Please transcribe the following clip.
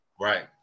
Right